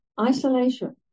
Isolation